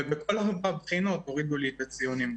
ובכל הבחינות הורידו לי את הציונים.